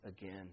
again